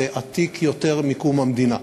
זה עתיק יותר מקום המדינה.